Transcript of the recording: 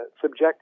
subject